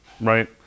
right